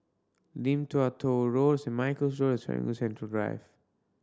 Lim Tua Tow Road Saint Michael's Road and Serangoon Central Drive